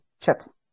chips